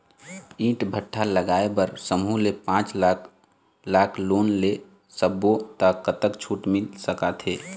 ईंट भट्ठा लगाए बर समूह ले पांच लाख लाख़ लोन ले सब्बो ता कतक छूट मिल सका थे?